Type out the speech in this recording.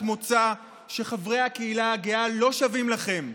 מוצא שחברי הקהילה הגאה לא שווים לכם.